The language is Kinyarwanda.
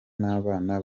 n’abana